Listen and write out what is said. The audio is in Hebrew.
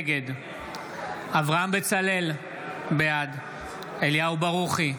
נגד אברהם בצלאל, בעד אליהו ברוכי,